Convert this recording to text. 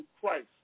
Christ